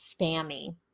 spammy